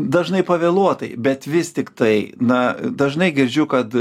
dažnai pavėluotai bet vis tiktai na dažnai girdžiu kad